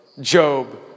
Job